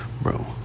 Bro